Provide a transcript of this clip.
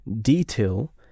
detail